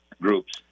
groups